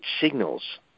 signals